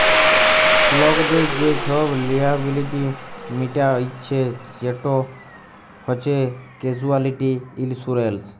লকদের যে ছব লিয়াবিলিটি মিটাইচ্ছে সেট হছে ক্যাসুয়ালটি ইলসুরেলস